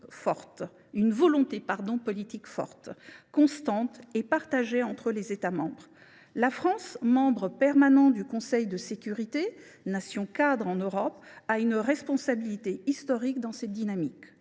sans une volonté politique forte, constante et partagée entre les États membres. La France, membre permanent du Conseil de sécurité, nation cadre en Europe, a une responsabilité historique dans cette dynamique.